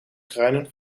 kruinen